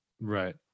Right